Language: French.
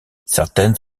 certaines